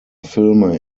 filme